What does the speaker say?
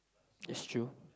that's true